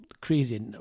crazy